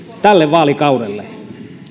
tälle vaalikaudelle